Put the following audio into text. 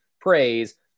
praise